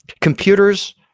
computers